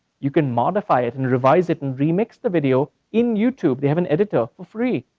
you can modify it and revise it and remix the video in youtube. they have an editor for free,